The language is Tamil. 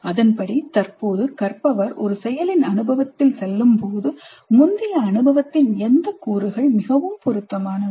அதன்படி தற்போது கற்பவர் ஒரு செயலின் அனுபவத்தில் செல்லும்போது முந்தைய அனுபவத்தின் எந்த கூறுகள் மிகவும் பொருத்தமானவை